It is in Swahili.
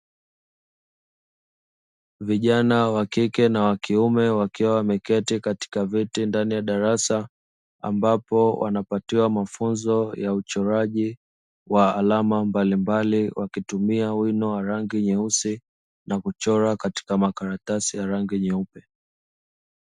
Kijana wa kike na kiume wakiwa wameketi katika darasa ambopo wanapatiwa mafunzo ya uchoraji wa alama mbalimbal, wakitumia wino wa rangi nyeusi, wakichora katika makaratasi yenye rangi nyeupe.